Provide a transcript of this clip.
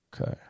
okay